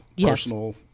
personal